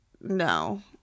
no